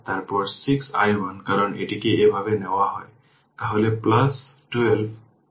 এবং i 3 সোর্সটি disconnected হয়ে গেছে এবং এটি চিত্রে দেখানো হয়েছে এই জিনিসটি t 0 এ সুইচটি ওপেন আছে